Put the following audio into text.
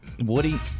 Woody